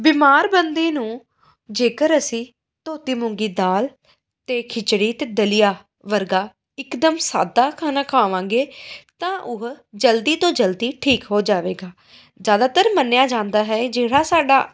ਬਿਮਾਰ ਬੰਦੇ ਨੂੰ ਜੇਕਰ ਅਸੀਂ ਧੋਤੀ ਮੂੰਗੀ ਦਾਲ ਅਤੇ ਖਿਚੜੀ ਅਤੇ ਦਲੀਆ ਵਰਗਾ ਇਕਦਮ ਸਾਦਾ ਖਾਣਾ ਖਾਵਾਂਗੇ ਤਾਂ ਉਹ ਜਲਦੀ ਤੋਂ ਜਲਦੀ ਠੀਕ ਹੋ ਜਾਵੇਗਾ ਜ਼ਿਆਦਾਤਰ ਮੰਨਿਆ ਜਾਂਦਾ ਹੈ ਜਿਹੜਾ ਸਾਡਾ